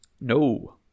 No